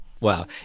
Wow